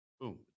boom